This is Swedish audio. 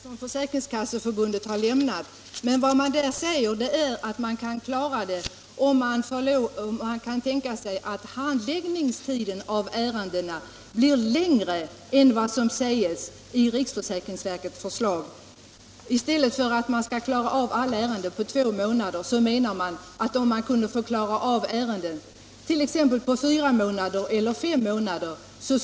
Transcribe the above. Herr talman! Jag känner väl till det yttrande som Försäkringskasseförbundet har lämnat. Man säger att man kan klara av utbetalning av den retroaktiva sjukpenningen om man kan tänka sig att handläggningstiderna blir längre än vad som sägs i riksförsäkringsverkets förslag. Man menar att det vore möjligt, om ärendena t.ex. kunde behandlas under fyra eller fem månader i stället för under två månader.